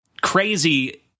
crazy